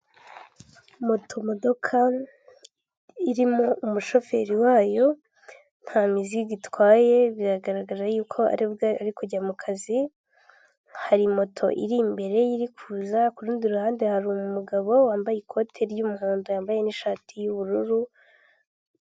Motomodoka irimo umushoferi wayo nta mizigo itwaye biragaragara y'uko aribwo ari kujya mu kazi, hari moto iri imbere iriri kuza, k'urundi ruhande hari umugabo wambaye ikoti ry'umuhondo yambaye n'ishati y'ubururu.